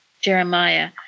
Jeremiah